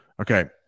Okay